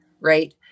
right